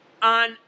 on